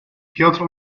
piotr